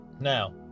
now